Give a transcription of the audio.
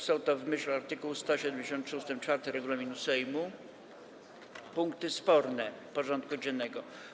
Są to, w myśl art. 173 ust. 4 regulaminu Sejmu, punkty sporne porządku dziennego.